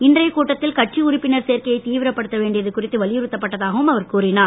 இன்றைய கூட்டத்தில் கட்சி உறுப்பினர் சேர்க்கையை தீவிரபடுத்த வேண்டியது குறித்து வலியுறுத்தப்பட்டதாகவும் அவர் கூறினார்